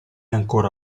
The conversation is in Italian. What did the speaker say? ancora